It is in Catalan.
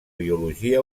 biologia